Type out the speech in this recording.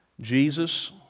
Jesus